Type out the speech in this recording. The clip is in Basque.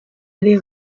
ari